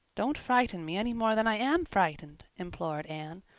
don't frighten me any more than i am frightened, implored anne.